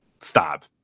Stop